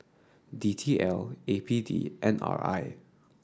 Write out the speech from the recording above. D T L A P D and R I